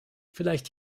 vielleicht